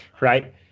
right